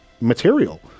material